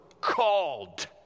called